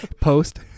Post